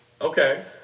Okay